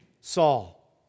Saul